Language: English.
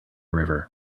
river